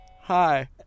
hi